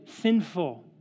sinful